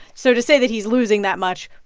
so to say that he's losing that much